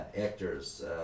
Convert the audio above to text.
actors